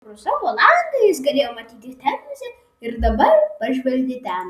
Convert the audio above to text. pro savo langą jis galėjo matyti temzę ir dabar pažvelgė ten